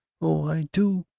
oh, i do!